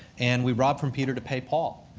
and we rob from peter to pay paul.